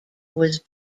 was